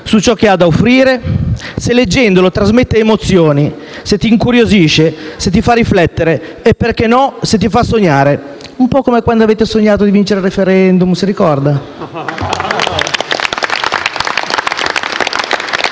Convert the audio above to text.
da ciò che ha da offrire, dalle emozioni che trasmette leggendolo, se ti incuriosisce, se ti fa riflettere e - perché no - se ti fa sognare. Un po' come quando avete sognato di vincere il *referendum,* lo ricorda?